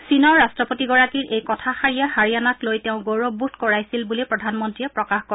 চীনৰ ৰাষ্ট্ৰপতিগৰাকীৰ এই কথাযাৰিয়ে হাৰিয়ানাক লৈ তেওঁক গৌৰৱবোধ কৰাইছিল বুলি প্ৰধানমন্নীয়ে প্ৰকাশ কৰে